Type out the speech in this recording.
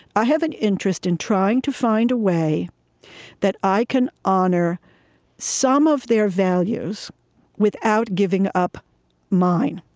i have an interest in trying to find a way that i can honor some of their values without giving up mine.